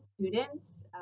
students